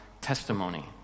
testimony